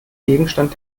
gegenstand